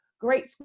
great